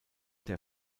der